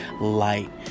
light